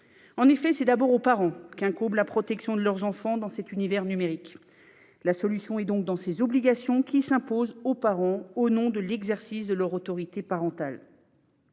En effet, c'est d'abord aux parents qu'incombe la protection de leurs enfants dans cet univers numérique. La solution est donc dans ces obligations qui s'imposent aux parents au nom de l'exercice de l'autorité parentale.